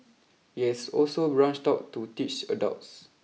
it has also branched out to teach adults